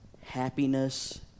happiness